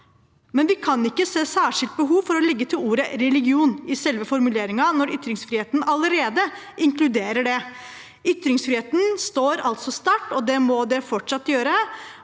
bra. Vi kan ikke se noe særskilt behov for å legge til ordet «religion» i selve formuleringen når ytringsfriheten allerede inkluderer det. Ytringsfriheten står altså sterkt, det må den fortsatt gjøre,